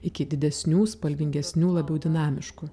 iki didesnių spalvingesnių labiau dinamiškų